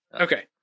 Okay